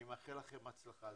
אני מאחל לכם בהצלחה.